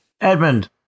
Edmund